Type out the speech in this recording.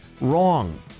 wrong